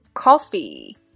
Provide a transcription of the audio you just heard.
coffee